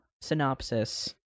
synopsis